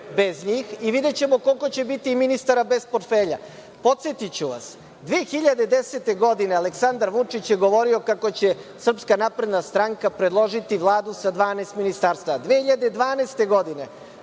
bez njih i videćemo koliko će biti ministara bez portfelja. Podsetiću vas, 2010. godine Aleksandar Vučić je govorio kako će SNS predložiti Vladu sa 12 ministarstava. Godine